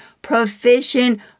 proficient